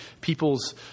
people's